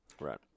Right